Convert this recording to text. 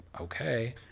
okay